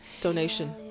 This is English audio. Donation